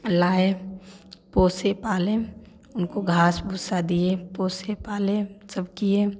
लाए पोसे पालें उनको घास भूसा दिए पोसे पालें सब किए